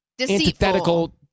antithetical